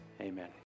amen